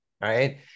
right